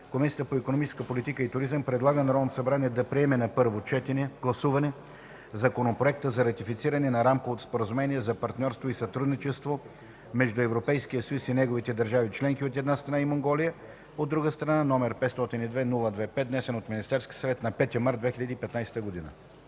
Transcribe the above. Комисията по икономическа политика и туризъм предлага на Народното събрание да приеме на първо гласуване Законопроект за ратифициране на Рамковото споразумение за партньорство и сътрудничество между Европейския съюз и неговите държави членки, от една страна, и Монголия, от друга страна, № 502-02-5, внесен от Министерския съвет на 5 март 2015 г.”